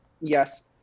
Yes